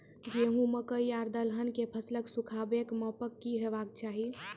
गेहूँ, मकई आर दलहन के फसलक सुखाबैक मापक की हेवाक चाही?